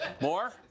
More